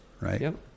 Right